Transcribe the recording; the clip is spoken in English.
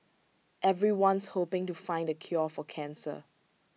everyone's hoping to find the cure for cancer